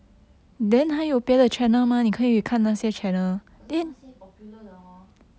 可是那些 popular 的 hor